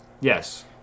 Yes